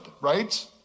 right